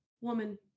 woman